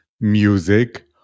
music